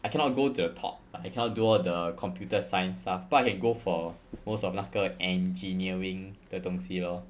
I cannot go to the top I cannot do all the computer science stuff but I can go for most of 那个 engineering 的东西 lor